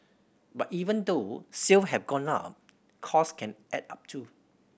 but even though sale have gone up costs can add up too